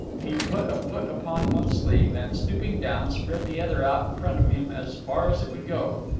he put a foot upon one sleeve, and, stooping down, spread the other out in front of him as far as it would go.